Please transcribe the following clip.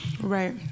Right